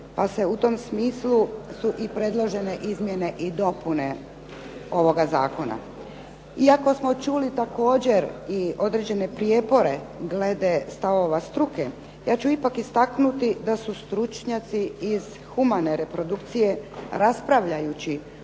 Pa su u tom smislu predložene izmjene i dopune ovoga zakona. Iako smo čuli također i određene prijepore glede stavova struke, ja ću ipak istaknuti da su stručnjaci iz humane reprodukcije, raspravljajući